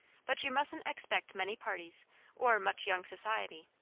but you mustn't expect many parties or much young society.